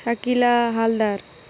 Shakila Haldar